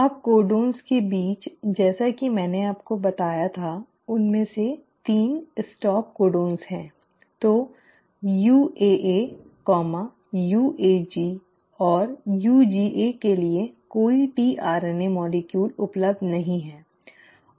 अब कोडन के बीच जैसा कि मैंने आपको बताया था उनमें से 3 स्टॉप कोडन हैं तो UAA UAG और UGA के लिए कोई tRNA अणु उपलब्ध नहीं है